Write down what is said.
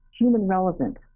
human-relevant